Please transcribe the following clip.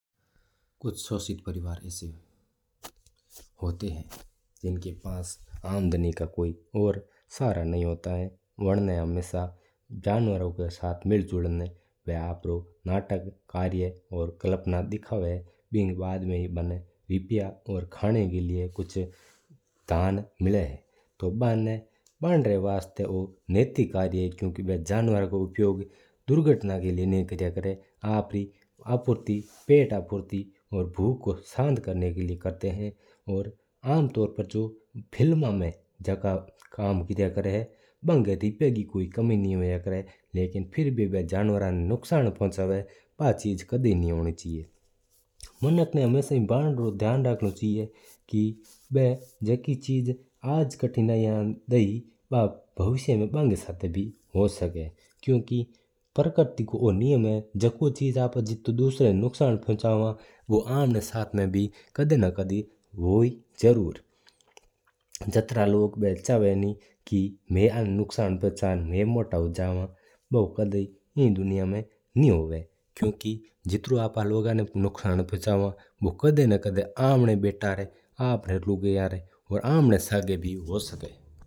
कुछ सूसित परिवार आइसा होता है जिनका पास आमदनी का कोई और सहारा नहीं होता है। वा जनवरा री हत्ता मिलन्न नाटक और कल्पना दिखावा है बिन बाद में ही बिना रुपया और खाना का लिया कुछ मिलता है। तू बना और बन्रा वास्ता ऊ एक नातिक कार्य है बा कोई दुर्घटना का लिया कि करा है। बस बा अपना पट री वास्ता कराया करा है ताकि बाकी और बाकी परिवार की कुछ जरूरत है बा पूरी हो सके।